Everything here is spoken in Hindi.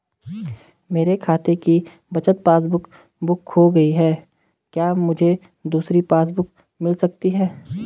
मेरे खाते की बचत पासबुक बुक खो चुकी है क्या मुझे दूसरी पासबुक बुक मिल सकती है?